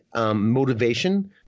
motivation